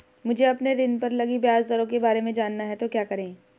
मुझे अपने ऋण पर लगी ब्याज दरों के बारे में जानना है तो क्या करें?